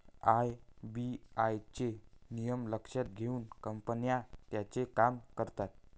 RBI चे नियम लक्षात घेऊन कंपन्या त्यांचे काम करतात